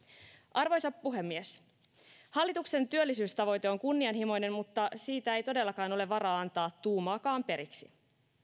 arvoisa puhemies hallituksen työllisyystavoite on kunnianhimoinen mutta siitä ei todellakaan ole varaa antaa tuumaakaan periksi